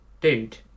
dude